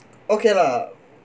okay lah